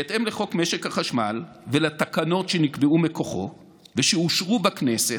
בהתאם לחוק משק החשמל ולתקנות שנקבעו מכוחו ושאושרו בכנסת: